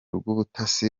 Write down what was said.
rw’ubutasi